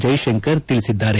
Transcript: ಜೈಶಂಕರ್ ತಿಳಿಸಿದ್ದಾರೆ